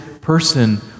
person